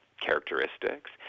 characteristics